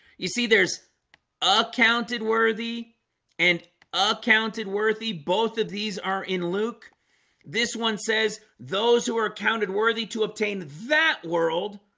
you see there's ah accounted worthy and accounted worthy both of these are in luke this one says those who are accounted worthy to obtain that world,